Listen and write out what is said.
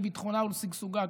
לביטחונה ושגשוגה,